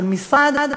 של משרד,